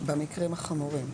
במקרים החמורים.